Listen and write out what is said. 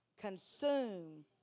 consume